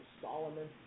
Solomon